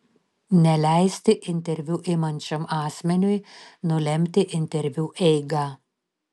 neleisti interviu imančiam asmeniui nulemti interviu eigą